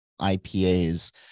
IPAs